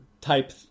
type